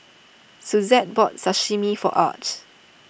Suzette bought Sashimi for Arch